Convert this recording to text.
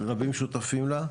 רבים שותפים לזה.